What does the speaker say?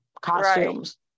costumes